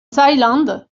thaïlande